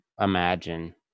imagine